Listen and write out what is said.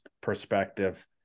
perspective